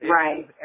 Right